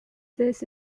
this